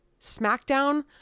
SmackDown